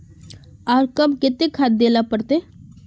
आर कब केते खाद दे ला पड़तऐ?